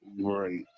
Right